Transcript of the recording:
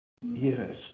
Yes